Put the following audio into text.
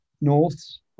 Norths